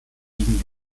gegen